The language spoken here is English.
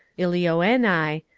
elioenai,